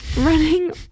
running